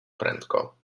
prędko